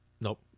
Nope